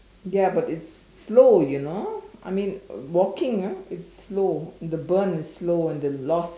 ya but it's slow you know I mean walking ah it's slow the burn is slow and the loss